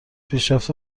پیشرفت